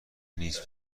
نیست